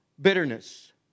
bitterness